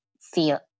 feel